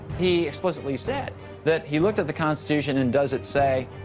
he explicitly said that he looked at the constitution and does it say,